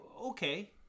Okay